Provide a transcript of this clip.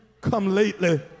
come-lately